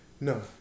no